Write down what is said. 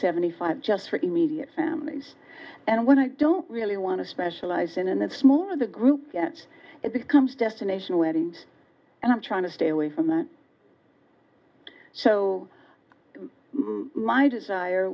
seventy five just for immediate families and when i don't really want to specialize in a smaller group yet it becomes destination wedding and i'm trying to stay away from that so my desire